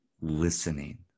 listening